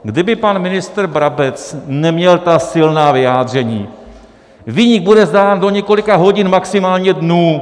Kdyby pan ministr Brabec neměl ta silná vyjádření: viník bude znám do několika hodin, maximálně dnů.